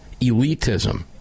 elitism